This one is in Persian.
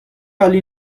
عالی